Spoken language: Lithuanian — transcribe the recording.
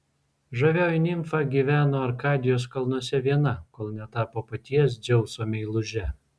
žavioji nimfa gyveno arkadijos kalnuose viena kol netapo paties dzeuso meiluže